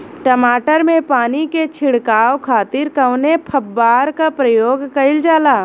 टमाटर में पानी के छिड़काव खातिर कवने फव्वारा का प्रयोग कईल जाला?